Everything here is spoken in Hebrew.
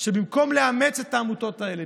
שבמקום לאמץ את העמותות האלה,